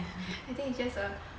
I think it's just a